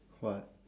what